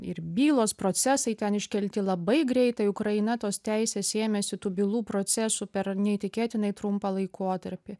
ir bylos procesai ten iškelti labai greitai ukraina tos teisės ėmėsi tų bylų procesų per neįtikėtinai trumpą laikotarpį